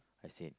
I said